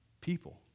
People